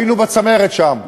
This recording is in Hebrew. היינו בצמרת שם.